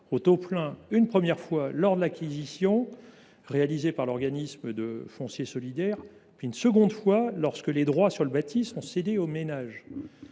taux plein une première fois lors de l’acquisition réalisée par l’organisme de foncier solidaire, puis une seconde fois lorsque les droits sur le bâti sont cédés aux ménages.